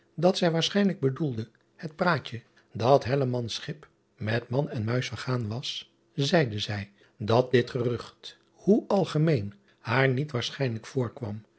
dat zij waarschijnlijk bedoelde het praatje dat schip met man en muis vergaan was zeide zij dat dit gerucht hoe algemeen haar niet waarschijnlijk voorkwam